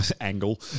Angle